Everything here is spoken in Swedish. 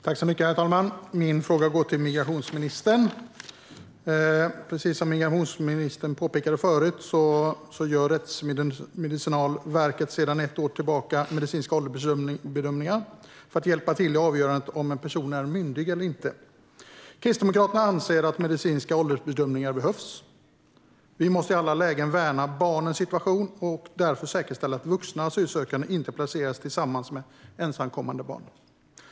Herr talman! Min fråga går till migrationsministern. Precis som migrationsministern påpekade förut gör Rättsmedicinalverket sedan ett år tillbaka medicinska åldersbedömningar för att hjälpa till i avgörandet av om en person är myndig eller inte. Kristdemokraterna anser att medicinska åldersbedömningar behövs. Vi måste i alla lägen värna barnens situation. Därför måste vi säkerställa att vuxna asylsökande inte placeras tillsammans med ensamkommande barn.